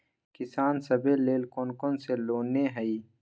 किसान सवे लेल कौन कौन से लोने हई?